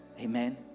amen